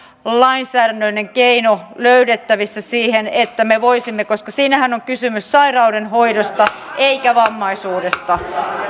lainsäädännöllinen keino löydettävissä siihen koska siinähän on kysymys sairauden hoidosta eikä vammaisuudesta